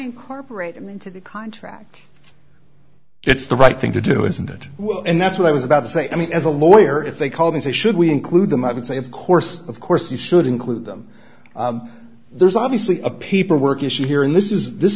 incorporate them into the contract it's the right thing to do isn't it well and that's what i was about to say i mean as a lawyer if they call this a should we include them i would say of course of course you should include them there's obviously a paperwork issue here and this is this